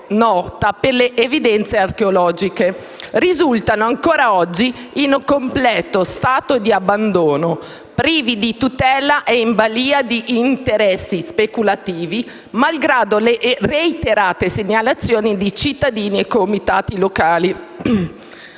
nota per le evidenze archeologiche, risultano ancora oggi in completo stato di abbandono, privi di tutela e in balia di interessi speculativi, malgrado le reiterate segnalazioni di cittadini e comitati locali.